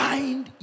Find